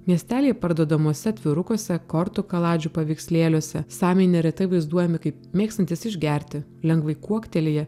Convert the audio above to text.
miestelyje parduodamuose atvirukuose kortų kaladžių paveikslėliuose samiai neretai vaizduojami kaip mėgstantys išgerti lengvai kuoktelėję